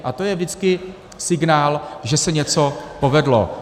A to je vždycky signál, že se něco povedlo.